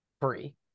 free